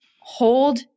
hold